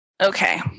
Okay